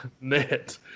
net